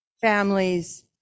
families